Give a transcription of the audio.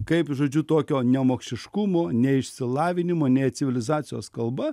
kaip žodžiu tokio nemokšiškumo neišsilavinimo ne civilizacijos kalba